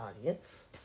audience